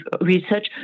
research